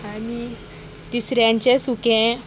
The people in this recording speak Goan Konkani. आनी तिसऱ्यांचे सुकें